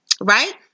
right